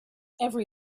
every